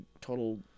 total